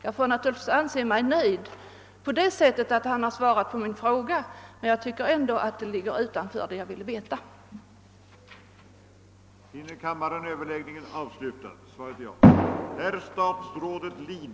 Jag får väl anse mig nöjd på det sättet att min interpellation har besvarats, men jag tycker att det besked som lämnats går förbi det spörsmål jag framställt.